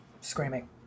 screaming